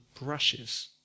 brushes